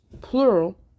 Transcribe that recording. plural